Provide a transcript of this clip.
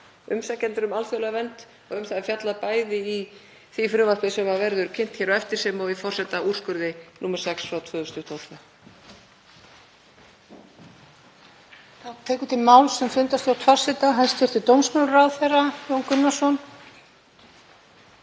umsækjendur um alþjóðlega vernd, og um það er fjallað bæði í því frumvarpi sem verður kynnt hér á eftir sem og í forsetaúrskurði nr. 6/2022.